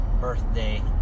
birthday